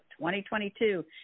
2022